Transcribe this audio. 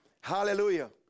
Hallelujah